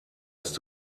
ist